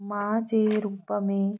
माउ जे रूप में